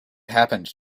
happened